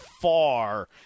far